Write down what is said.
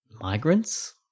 migrants